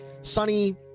sunny